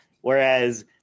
whereas